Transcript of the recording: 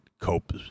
cope